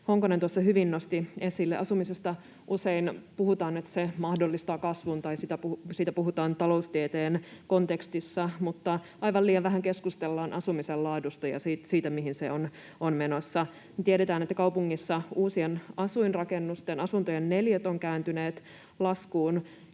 Honkonen tuossa hyvin nosti esille: Asumisesta usein puhutaan, että se mahdollistaa kasvun, tai siitä puhutaan taloustieteen kontekstissa, mutta aivan liian vähän keskustellaan asumisen laadusta ja siitä, mihin se on menossa. Tiedetään, että kaupungeissa uusien asuinrakennusten asuntojen neliöt ovat kääntyneet laskuun,